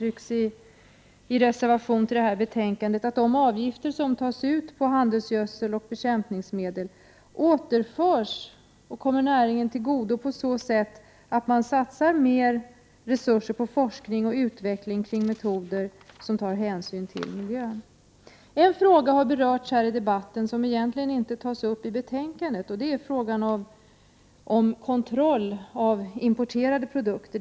I en reservation till detta betänkande säger vi att de avgifter som tas ut på handelsgödsel och bekämpningsmedel bör återföras och komma näringen till godo på så sätt att mer resurser satsas på forskning och utveckling av metoder som tar hänsyn till miljön. En fråga som egentligen inte tas upp i betänkandet har berörts här i debatten. Det är frågan om kontroll av importerade produkter.